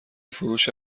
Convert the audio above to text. فروش